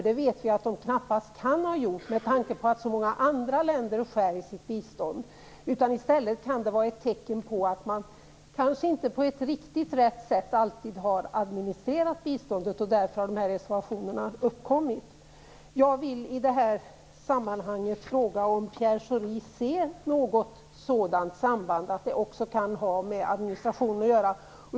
Det vet vi att de knappast kan ha gjort, med tanke på att så många andra länder skär i sitt bistånd. I stället kan det vara ett tecken på att man kanske inte alltid har administrerat biståndet på ett riktigt rätt sätt, och därför har reservationerna uppkommit. Schori ser något sådant samband, och att det kan ha med administration att göra.